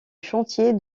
chantier